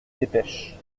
dépêche